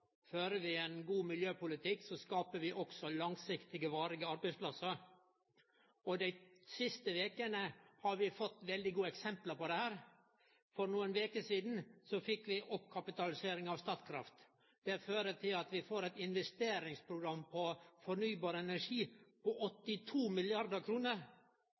Fører vi ein god miljøpolitikk, skapar vi òg langsiktige, varige arbeidsplassar. Dei siste vekene har vi fått veldig gode eksempel på dette. For nokre veker sidan fekk vi oppkapitalisering av Statkraft. Det fører til at vi får eit investeringsprogram på fornybar energi på